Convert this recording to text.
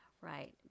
right